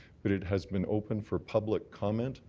but it has been open for public comment.